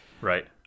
Right